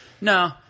No